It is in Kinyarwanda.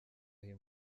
imwe